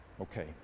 Okay